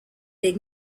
des